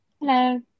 Hello